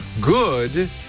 good